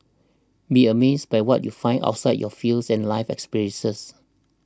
be amazed by what you find outside your fields and life experiences